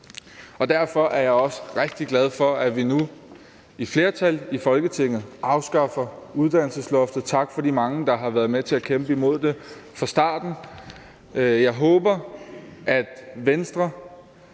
Derfor er jeg også rigtig glad for, at vi nu – et flertal i Folketinget – afskaffer uddannelsesloftet. Tak til de mange, der har været med til at kæmpe imod det fra starten. Jeg håber, at Venstre